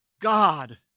God